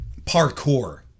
parkour